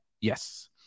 Yes